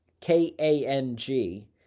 K-A-N-G